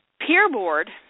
Peerboard